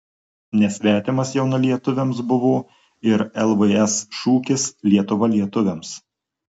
nesvetimas jaunalietuviams buvo ir lvs šūkis lietuva lietuviams